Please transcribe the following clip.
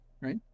right